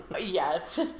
Yes